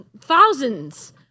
thousands